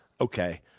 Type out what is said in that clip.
Okay